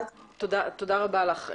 תודה רבה לך,